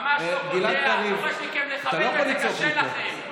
ממש לא קוטע, דורש מכם לכבד, וזה קשה לכם.